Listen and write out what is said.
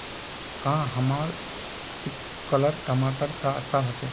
क्याँ हमार सिपकलर टमाटर ला अच्छा होछै?